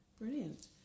Brilliant